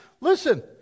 Listen